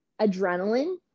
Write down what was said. adrenaline